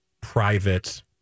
private